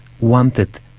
wanted